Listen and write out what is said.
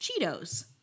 Cheetos